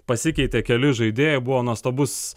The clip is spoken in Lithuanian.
pasikeitė keli žaidėjai buvo nuostabus